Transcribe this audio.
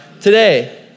today